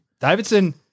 Davidson